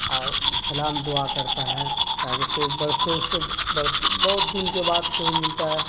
اور سلام دعا کرتا ہے کاہے کہ کوئی برسوں سے بہت دن کے بعد کوئی ملتا ہے